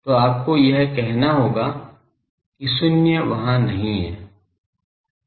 तो आपको यह कहना होगा कि शून्य वहाँ नहीं है